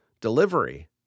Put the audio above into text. delivery